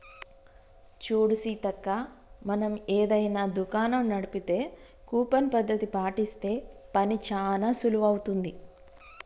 చూడు సీతక్క మనం ఏదైనా దుకాణం నడిపితే కూపన్ పద్ధతి పాటిస్తే పని చానా సులువవుతుంది